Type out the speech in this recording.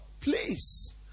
please